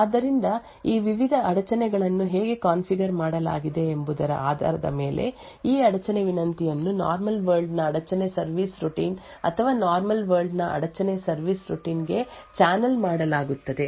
ಆದ್ದರಿಂದ ಈ ವಿವಿಧ ಅಡಚಣೆಗಳನ್ನು ಹೇಗೆ ಕಾನ್ಫಿಗರ್ ಮಾಡಲಾಗಿದೆ ಎಂಬುದರ ಆಧಾರದ ಮೇಲೆ ಈ ಅಡಚಣೆ ವಿನಂತಿಯನ್ನು ನಾರ್ಮಲ್ ವರ್ಲ್ಡ್ ನ ಅಡಚಣೆ ಸರ್ವಿಸ್ ರೂಟೀನ್ ಅಥವಾ ನಾರ್ಮಲ್ ವರ್ಲ್ಡ್ ನ ಅಡಚಣೆ ಸರ್ವಿಸ್ ರೂಟೀನ್ ಗೆ ಚಾನೆಲ್ ಮಾಡಲಾಗುತ್ತದೆ